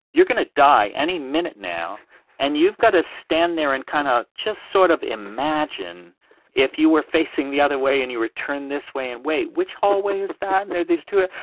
you're going to die any minute now and you've got to stand there and kind of just sort of imagine if you were facing the other way and you return this way and wait, which hallway is that? and there are these two, ah